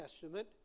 Testament